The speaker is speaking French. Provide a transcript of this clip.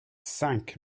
cinq